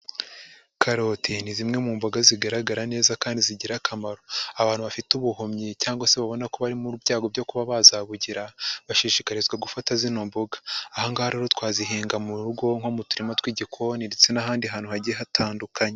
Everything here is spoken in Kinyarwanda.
Karoti ni zimwe mu mboga zigaragara neza kandi zigira akamaro. Abantu bafite ubuhumyi cyangwa se babona ko bari mu byago byo kuba bazabugira, bashishikarizwa gufata zino mboga. Aha ngaha rero twazihinga mu rugo nko mu turima tw'igikoni ndetse n'ahandi hantu hagiye hatandukanye.